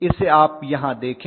इसे आप यहां देखें